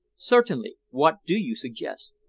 certainly. what do you suggest?